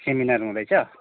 seminar हुँदैछ